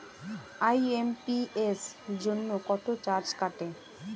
IMPS জন্য কত charge কাটে?